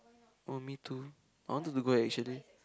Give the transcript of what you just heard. um me too I wanted to go actually